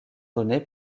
donné